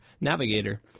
navigator